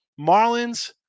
Marlins